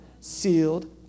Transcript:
sealed